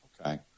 Okay